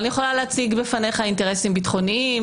אבל אני יכולה להציג בפניך אינטרסים ביטחוניים.